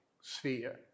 sphere